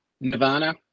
Nirvana